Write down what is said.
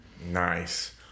Nice